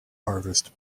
harvest